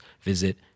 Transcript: visit